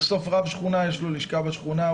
בסוף לרב שכונה יש לשכה בשכונה.